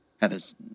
Heather's